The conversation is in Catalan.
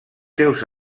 seus